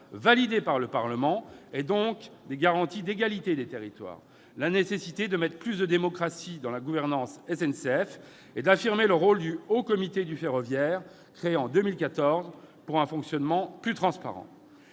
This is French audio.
validé par le Parlement- garantie d'égalité entre les territoires -, nécessité de mettre plus de démocratie dans la gouvernance SNCF et d'affirmer le rôle du Haut Comité du système de transport ferroviaire, créé en 2014, pour un fonctionnement plus transparent